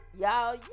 y'all